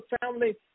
family